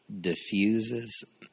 diffuses